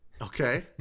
Okay